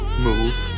Move